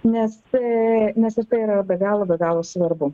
nes tai nes ir tai yra be galo be galo svarbu